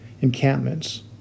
encampments